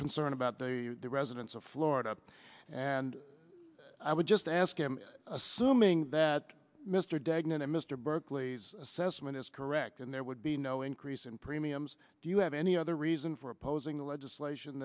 concern about the residents of florida and i would just ask him assuming that mr degnan and mr berkley's assessment is correct and there would be no increase in premiums do you have any other reason for opposing the legislation